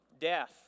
death